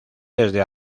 desde